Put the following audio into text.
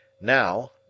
Now